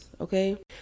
Okay